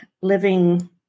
living